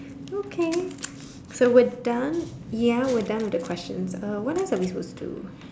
okay so we're done ya we're done with the questions uh what else are we supposed to do